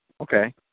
Okay